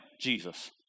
Jesus